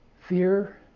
Fear